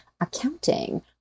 accounting